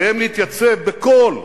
עליהם להתייצב בקול.